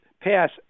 pass